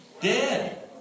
Dead